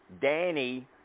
Danny